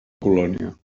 colònia